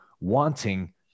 wanting